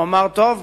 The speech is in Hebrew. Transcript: הוא אמר: טוב,